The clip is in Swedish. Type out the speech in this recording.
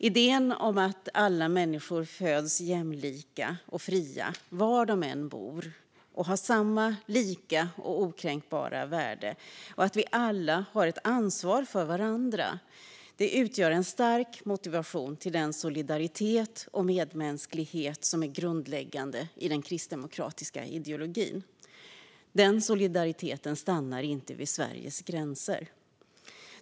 Idén om att alla människor föds jämlika och fria var de än bor och har samma, lika och okränkbara värde och att vi alla har ett ansvar för varandra utgör en stark motivation till den solidaritet och medmänsklighet som är grundläggande i den kristdemokratiska ideologin. Denna solidaritet stannar inte vid Sveriges gränser.